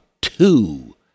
two